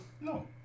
No